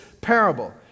parable